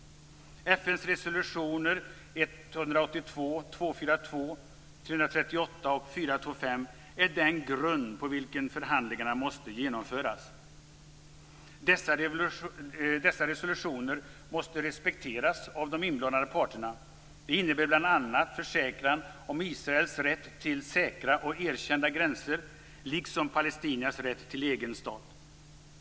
FN:s resolutioner 181, 242, 338 och 425 är den grund på vilken förhandlingarna måste genomföras. Dessa resolutioner måste respekteras av de inblandade parterna. Det innebär bl.a. försäkran om Israels rätt till säkra och erkända gränser liksom palestiniernas rätt till en egen stat.